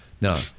No